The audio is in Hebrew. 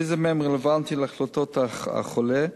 איזה מהם רלוונטי להחלטת החולה?